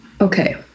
Okay